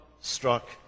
struck